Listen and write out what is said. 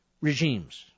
regimes